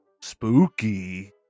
Spooky